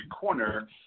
corner